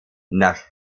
nach